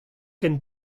ken